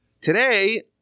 Today